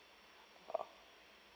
oh